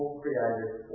creative